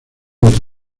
otros